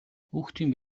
хүүхдийн